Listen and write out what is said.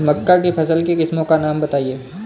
मक्का की फसल की किस्मों का नाम बताइये